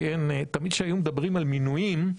תמיד כשהיו מדברים על מינויים,